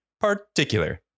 particular